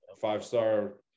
Five-star